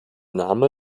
name